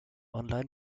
online